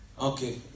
Okay